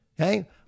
Okay